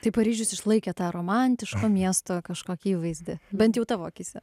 tai paryžius išlaikė tą romantiško miesto kažkokį įvaizdį bent jau tavo akyse